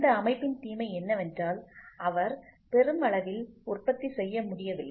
இந்த அமைப்பின் தீமை என்னவென்றால் அவர் பெருமளவில் உற்பத்தி செய்ய முடியவில்லை